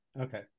Okay